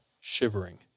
shivering